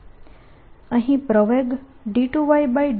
અહીં પ્રવેગ 2yt2 છે